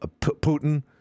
Putin